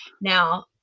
now